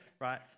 right